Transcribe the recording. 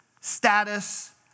status